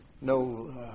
no